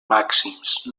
màxims